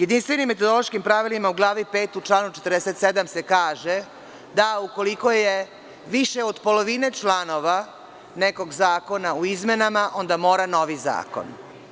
Jedinstvenim metodološkim pravilima u glavi 5. u članu 47. se kaže da ukoliko je više od polovine članova nekog zakona u izmenama onda mora novi zakon.